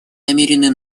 намерены